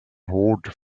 hård